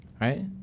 right